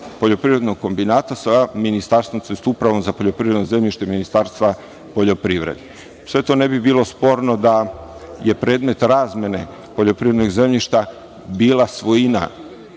poljoprivrednog kombinata sa ministarstvom tj. Upravom za poljoprivredno zemljište Ministarstva poljoprivrede. Sve to ne bi bilo sporno da je predmet razmene poljoprivrednog zemljišta bila svojina